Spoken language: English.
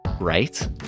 right